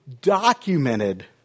documented